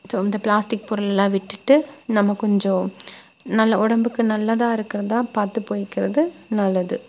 so இந்த plastic பொருளெல்லாம் விட்டுவிட்டு நம்ம கொஞ்சம் நல்ல உடம்புக்கு நல்லதா இருக்கிறதா பார்த்து போய்க்கிறது நல்லது